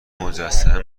مجسمه